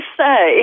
say